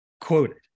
quoted